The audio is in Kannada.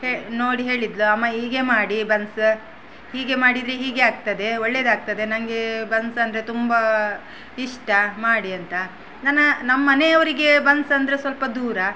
ಹೇ ನೋಡಿ ಹೇಳಿದಳು ಅಮ್ಮ ಹೀಗೆ ಮಾಡಿ ಬನ್ಸ ಹೀಗೆ ಮಾಡಿದರೆ ಹೀಗೆ ಆಗ್ತದೆ ಒಳ್ಳೆಯದಾಗ್ತದೆ ನನಗೆ ಬನ್ಸ್ ಅಂದರೆ ತುಂಬ ಇಷ್ಟ ಮಾಡಿ ಅಂತ ನನ್ನ ನಮ್ಮನೆಯವರಿಗೆ ಬನ್ಸ್ ಅಂದರೆ ಸ್ವಲ್ಪ ದೂರ